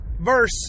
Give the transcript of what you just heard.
verse